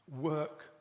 Work